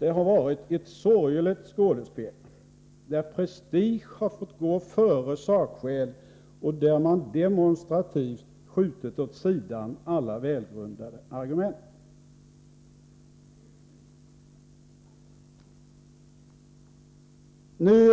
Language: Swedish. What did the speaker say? Det har varit ett sorgligt spel, där prestige har fått gå före sakskäl och där man demonstrativt skjutit åt sidan alla välgrundade argument. Nu